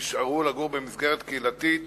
נשארו לגור במסגרת קהילתית